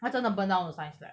他真的 burn down the science lab